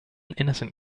innocent